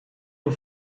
nhw